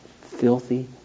Filthy